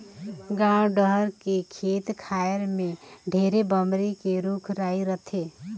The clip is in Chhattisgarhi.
गाँव डहर के खेत खायर में ढेरे बमरी के रूख राई रथे